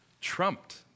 trumped